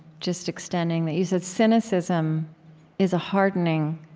just extending that you said, cynicism is a hardening,